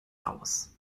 aus